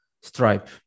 Stripe